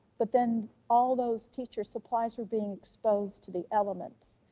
but then all those teacher supplies were being exposed to the elements.